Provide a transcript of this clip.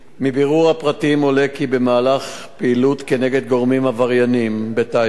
מבירור הפרטים עולה כי במהלך פעילות נגד גורמים עברייניים בטייבה